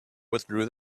withdrew